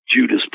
Judas